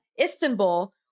Istanbul